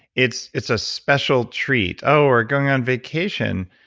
it's it's a special treat. oh we're going on vacation.